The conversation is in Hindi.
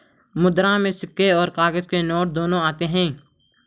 मुद्रा में सिक्के और काग़ज़ के नोट दोनों आते हैं